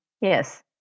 Yes